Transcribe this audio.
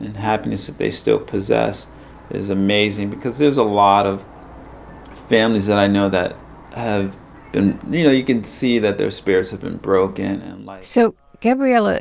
and happiness that they still possess is amazing because there's a lot of families that i know that have been you know, you can see that their spirits have been broken and, like. so, gabrielle, ah